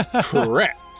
Correct